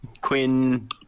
Quinn